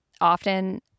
Often